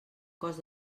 cost